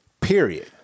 Period